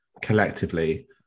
collectively